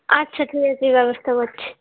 আচ্ছা ঠিক আছে ব্যবস্থা করছি